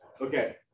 okay